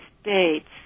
States